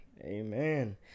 amen